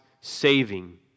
saving